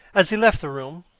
as he left the room,